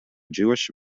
jewish